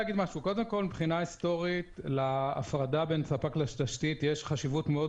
מבחינה היסטורית להפרדה בין ספק לתשתית יש חשיבות מאוד